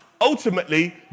ultimately